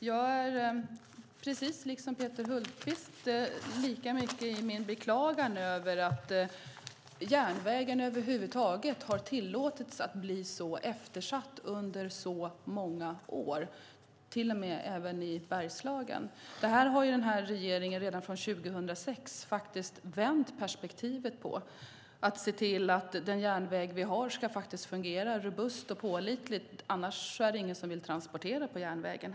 Herr talman! Precis som Peter Hultqvist beklagar jag att järnvägen har tillåtits att bli så eftersatt under så många år även i Bergslagen. Sedan 2006 har den här regeringen vänt detta för att se till att den järnväg vi har ska fungera robust och pålitligt, annars är det ingen som vill transportera på järnvägen.